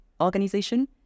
organization